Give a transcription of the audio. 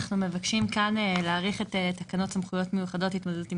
אנחנו מבקשים כאן להאריך את תקנות סמכויות מיוחדות להתמודדות עם